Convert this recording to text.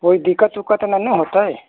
कोइ दिक्कत उक्कत नहि ने होतै